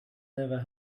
never